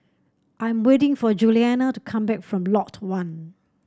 I'm waiting for Juliana to come back from Lot One